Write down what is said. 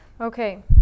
Okay